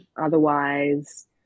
otherwise